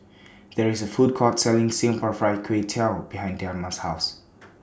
There IS A Food Court Selling Singapore Fried Kway Tiao behind Dema's House